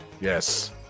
Yes